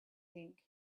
think